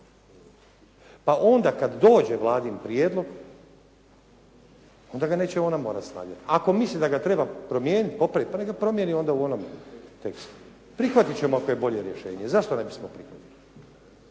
Pa onda kad dođe Vladin prijedlog onda ga neće ona morati stavljati. Ako misli da ga treba promijeniti, popraviti pa neka ga promijeni onda u onom tekstu. Prihvatit ćemo ako je bolje rješenje, zašto ne bismo prihvatili.